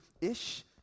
Ish